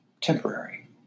temporary